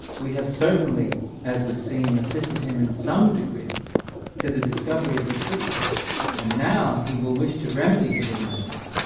we have certainly, as would seem, assisted him in some degree to the discovery of the truth and now he will wish to remedy his ignorance.